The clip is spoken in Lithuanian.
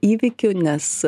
įvykiu nes